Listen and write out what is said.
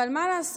אבל מה לעשות,